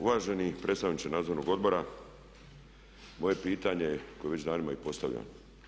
Uvaženi predstavniče nadzornog odbora, moje pitanje koje već danima i postavljam.